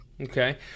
Okay